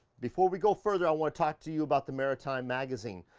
before we go further, i want to talk to you about the maratime magazine.